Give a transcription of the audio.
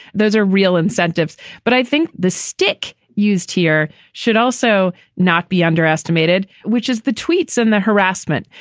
those are real incentives but i think the stick used here should also not be underestimated, which is the tweets and the harassment.